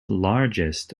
largest